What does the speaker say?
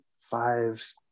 five